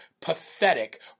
pathetic